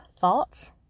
thoughts